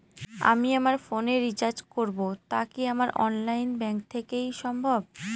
আমি আমার ফোন এ রিচার্জ করব টা কি আমার অনলাইন ব্যাংক থেকেই সম্ভব?